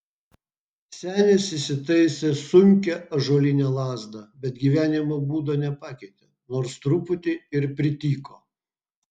senis įsitaisė sunkią ąžuolinę lazdą bet gyvenimo būdo nepakeitė nors truputį ir prityko